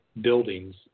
buildings